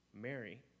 Mary